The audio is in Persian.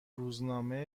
روزنامه